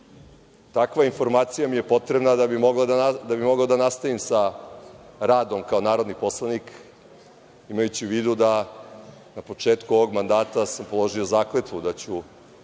Takva informacija mi je potrebna da bih mogao da nastavim sa radom kao narodni poslanik, imajući u vidu da sam na početku ovog mandata položio zakletvu da ću